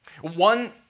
One